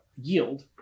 yield